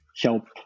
help